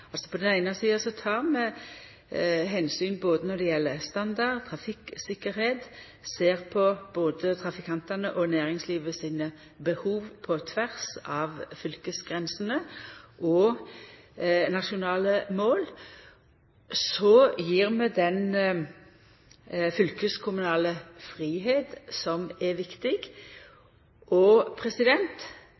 ser på både trafikantane og næringslivet sine behov på tvers av fylkesgrensene og nasjonale mål. Så gjev vi den fylkeskommunale fridomen som er viktig.